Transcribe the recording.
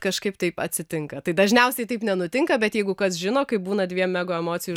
kažkaip taip atsitinka tai dažniausiai taip nenutinka bet jeigu kas žino kaip būna dviem mega emocijų